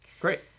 Great